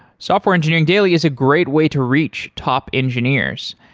software engineering daily is a great way to reach top engineers.